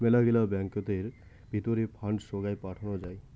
মেলাগিলা ব্যাঙ্কতের ভিতরি ফান্ড সোগায় পাঠানো যাই